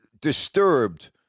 disturbed